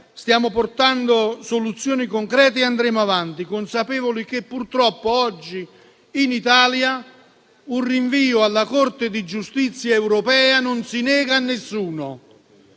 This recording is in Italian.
stiamo portando soluzioni concrete e andremo avanti, consapevoli che purtroppo oggi in Italia un rinvio alla Corte di giustizia europea non si nega a nessuno.